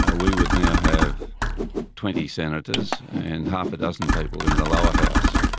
ah we would now have twenty senators and half a dozen people in the lower house.